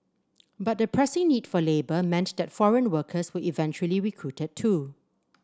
but the pressing need for labour meant that foreign workers were eventually recruited too